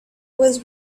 was